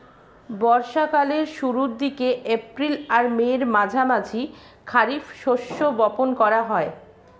বর্ষা কালের শুরুর দিকে, এপ্রিল আর মের মাঝামাঝি খারিফ শস্য বপন করা হয়